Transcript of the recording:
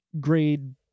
grade